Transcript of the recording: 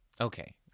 Okay